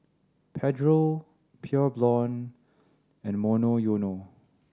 Pedro Pure Blonde and Monoyono